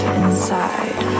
inside